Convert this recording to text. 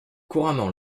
couramment